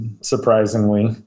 Surprisingly